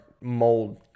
mold